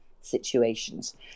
situations